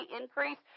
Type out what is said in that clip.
increase